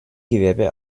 gewerbe